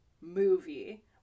movie